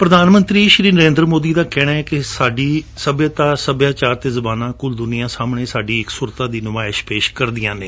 ਪ੍ਰਧਾਨ ਮੰਤਰੀ ਨਰੇਂਦਰ ਮੋਦੀ ਦਾ ਕਹਿਣੈ ਕਿ ਸਾਡੀ ਸੱਭਿਅਤਾ ਸੱਭਿਆਚਾਰ ਅਤੇ ਜਬਾਨਾਂ ਕੁਲ ਦੂਨੀਆ ਸਾਹਮਣੇ ਸਾਡੀ ਇਕਸੁਰਤਾ ਦੀ ਨੁਮਾਇਸ਼ ਪੇਸ਼ ਕਰਦੀਆਂ ਨੇ